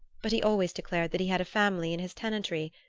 but he always declared that he had a family in his tenantry,